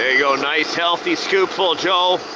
ah go, nice, healthy scoopful joe.